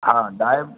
હા ડાય